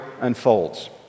unfolds